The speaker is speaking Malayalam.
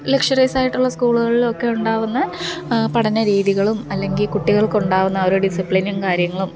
ലക്ഷൊറീസായിട്ടുള്ള സ്കൂളുകളിലും ഒക്കെ ഉണ്ടാകുന്ന പഠന രീതികളും അല്ലെങ്കിൽ കുട്ടികള്ക്ക് ഉണ്ടാകുന്ന ആ ഒരു ഡിസിപ്ലിനും കാര്യങ്ങളും